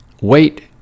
wait